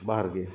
ବାହାର୍କେ